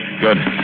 Good